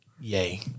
Yay